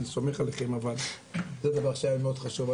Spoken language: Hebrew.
אני סומך עליכם אבל זה דבר שהיה לי מאוד חשוב.